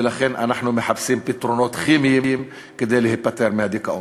ולכן אנחנו מחפשים פתרונות כימיים כדי להיפטר מהדיכאון.